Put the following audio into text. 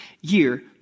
year